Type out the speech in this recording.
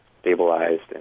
stabilized